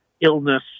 illness